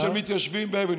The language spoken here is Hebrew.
של מתיישבים, ב"אווניו".